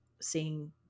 seeing